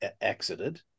exited